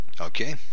Okay